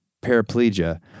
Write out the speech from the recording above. paraplegia